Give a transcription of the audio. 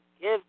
give